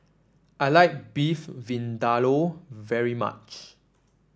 I like Beef Vindaloo very much